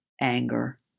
anger